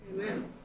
Amen